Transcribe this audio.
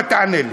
מה תענה לי?